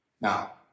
Now